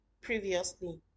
previously